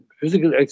physical